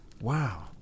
Wow